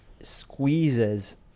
squeezes